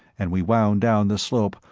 and we wound down the slope,